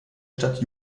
stadt